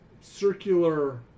circular